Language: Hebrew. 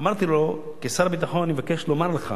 אמרתי לו: כשר הביטחון אני מבקש לומר לך